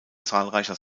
zahlreicher